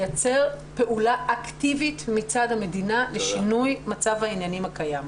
לייצר פעולה אקטיבית מצד המדינה לשינוי מצב העניינים הקיים.